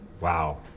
Wow